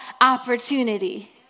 opportunity